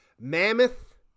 Mammoth